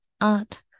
art